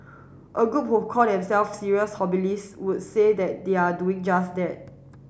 a group who call themselves serious would say that they are doing just that